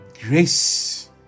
grace